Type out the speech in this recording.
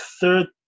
third